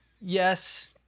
Yes